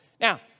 Now